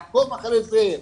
לעקוב אחרי זה,